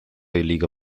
liiga